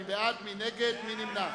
מי בעד, מי נגד, מי נמנע?